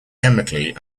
chemically